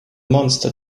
monster